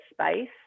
space